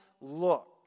look